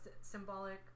symbolic